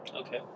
Okay